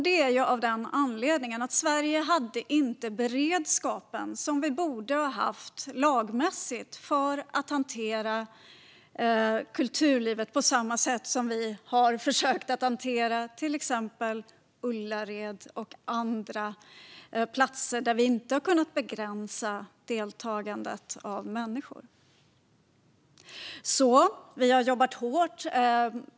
Det är av den anledningen att Sverige inte hade den lagmässiga beredskap vi borde ha haft för att hantera kulturlivet på samma sätt som vi har försökt hantera till exempel Ullared och andra platser, där vi inte har kunnat begränsa människors deltagande.